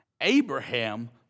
Abraham